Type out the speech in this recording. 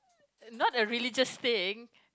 not a religious thing